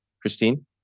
Christine